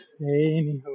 Anyhow